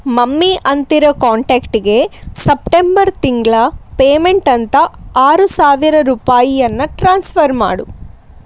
mummy ಅಂತಿರೋ ಕಾಂಟ್ಯಾಕ್ಟ್ಗೆ September ತಿಂಗಳ ಪೇಮೆಂಟ್ ಅಂತ ಆರು ಸಾವಿರ ರೂಪಾಯನ್ನು ಟ್ರಾನ್ಸ್ಫರ್ ಮಾಡು